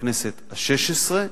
בכנסת השש-עשרה.